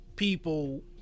people